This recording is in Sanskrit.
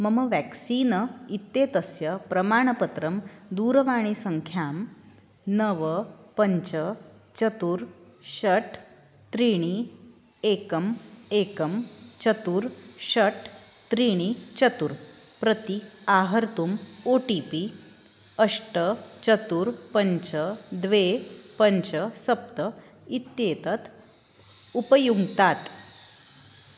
मम व्याक्सीन इत्येतस्य प्रमाणपत्रं दूरवाणीसङ्ख्यां नव पञ्च चतुर् षट् त्रीणि एकम् एकं चतुर् षट् त्रीणि चतुर् प्रति आहर्तुम् ओ टि पि अष्ट चतुर् पञ्च द्वे पञ्च सप्त इत्येतत् उपयुङ्क्तात्